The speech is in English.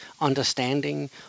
understanding